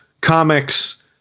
comics